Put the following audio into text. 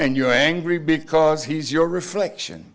and you're angry because he's your reflection